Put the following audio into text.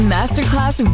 Masterclass